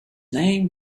name